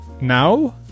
Now